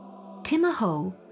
Timahoe